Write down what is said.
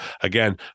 again